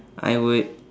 I would